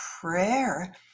prayer